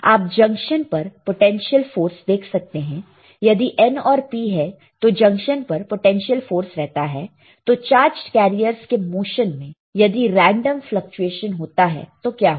आप जंक्शन पर potential force देख सकते हैं यदि N और P है तो जंक्शन पर पोटेंशियल फोर्स रहता है तो चार्जड कैरियरस के मोशन में यदि रेंडम फ्लकचुएशन होता है तो क्या होगा